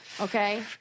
okay